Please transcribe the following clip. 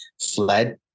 fled